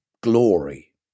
glory